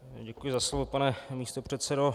Děkuji za slovo, pane místopředsedo.